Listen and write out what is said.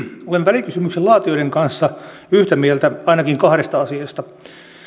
olen välikysymyksen laatijoiden kanssa yhtä mieltä ainakin kahdesta asiasta